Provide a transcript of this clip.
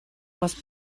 was